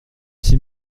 six